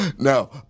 Now